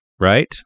right